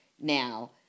now